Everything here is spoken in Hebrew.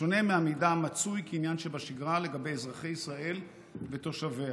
בשונה מהמידע המצוי כעניין שבשגרה לגבי אזרחי ישראל ותושביה.